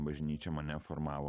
bažnyčia mane formavo